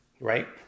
right